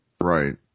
Right